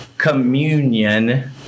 communion